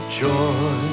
joy